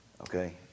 okay